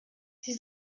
sie